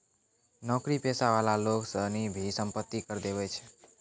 नौकरी पेशा वाला लोग सनी भी सम्पत्ति कर देवै छै